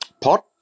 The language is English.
pot